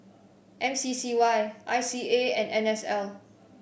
M C C Y I C A and N S L